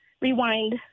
Rewind